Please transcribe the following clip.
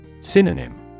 Synonym